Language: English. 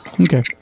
Okay